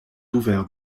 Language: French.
ouvert